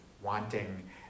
wanting